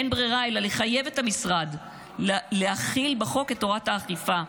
אין ברירה אלא לחייב את המשרד להחיל בחוק את תורת האכיפה,